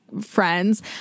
friends